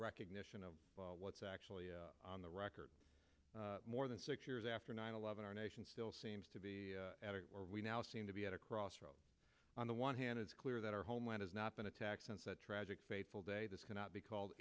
recognition of what's actually on the record more than six years after nine eleven our nation still seems to be or we now seem to be at a crossroads on the one hand it's clear that our homeland has not been attacked since that tragic fateful day this cannot be called